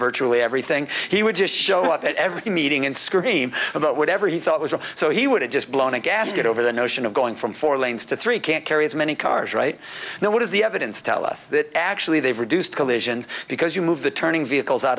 virtually everything he would just show up at every meeting and scream about whatever he thought was wrong so he would have just blown a gasket over the notion of going from four lanes to three can't carry as many cars right now what is the evidence tell us that actually they've reduced collisions because you move the turning vehicles out